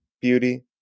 beauty